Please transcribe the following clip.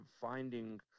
finding